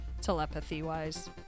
telepathy-wise